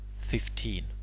fifteen